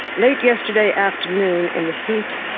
late yesterday afternoon, in the heat,